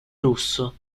rosso